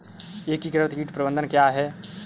एकीकृत कीट प्रबंधन क्या है?